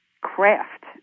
craft